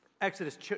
Exodus